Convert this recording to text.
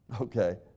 Okay